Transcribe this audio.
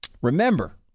Remember